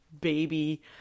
baby